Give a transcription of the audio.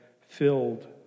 filled